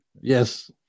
yes